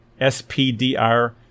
SPDR